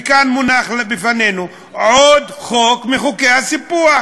כאן מונח בפנינו עוד חוק מחוקי הסיפוח,